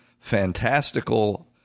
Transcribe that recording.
fantastical